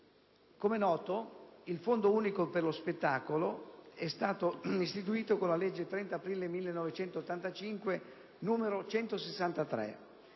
come noto il Fondo unico per lo spettacolo è stato istituito con la legge 30 aprile 1985, n. 163.